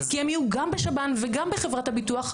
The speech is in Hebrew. כי הם יהיו גם בשב"ן וגם בחברת הביטוח.